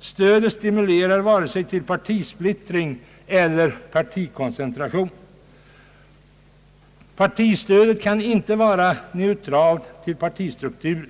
stödet stimulerar varken till partisplittring eller till partikoncentration. Partistödet kan emellertid inte vara neutralt till partistrukturen.